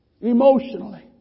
emotionally